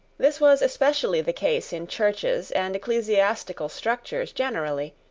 this was especially the case in churches and ecclesiastical structures generally,